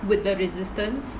with the resistance